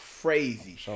crazy